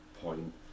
point